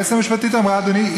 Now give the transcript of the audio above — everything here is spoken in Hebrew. היועצת המשפטית אמרה: אדוני,